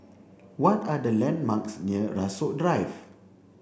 what are the landmarks near Rasok Drive